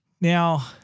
Now